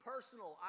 Personal